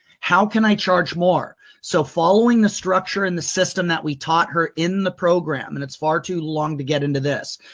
how can i charge more? so following the structure and the system that we taught her in the program and it's far too long to get into this,